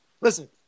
listen